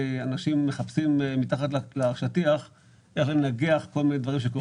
אנשים מחפשים מתחת לשטיח איך לנגח כל מיני דברים שקורים.